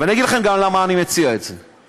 ואני אגיד לכם גם למה אני מציע את זה.